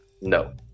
No